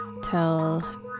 tell